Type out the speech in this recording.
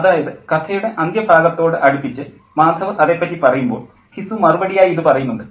അതായത് കഥയുടെ അന്ത്യഭാഗത്തോട് അടുപ്പിച്ച് മാധവ് അതേപ്പറ്റി പറയുമ്പോൾ ഘിസു മറുപടിയായി ഇതു പറയുന്നുണ്ട്